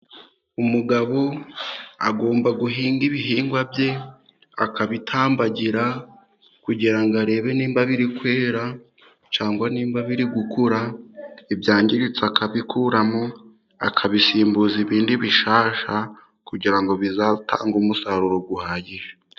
Umugabo agomba guhinga ibihingwa bye akabitambagira, kugira ngo arebe niba biri kwera cyangwa niba biri gukura, ibyangiritse akabikuramo akabisimbuza ibindi bishyashya kugira ngo bizatange umusaruro uhagije.